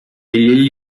egli